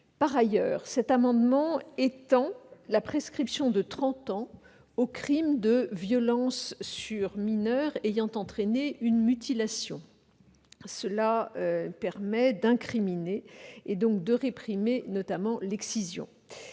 Par ailleurs, cet amendement étend la prescription de trente ans aux crimes de violences sur mineur ayant entraîné une mutilation. Cela permet notamment d'incriminer, et donc de réprimer, l'excision.